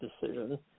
decision